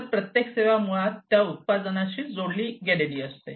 तर प्रत्येक सेवा मुळात त्या उत्पादनाशी जोडलेली असते